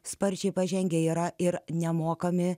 sparčiai pažengė yra ir nemokami